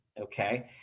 Okay